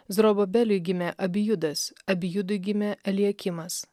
zorobabeliui gimė abijudas abijudui gimė eliakimas